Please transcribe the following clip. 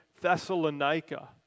Thessalonica